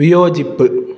വിയോജിപ്പ്